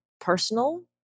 personal